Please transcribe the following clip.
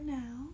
now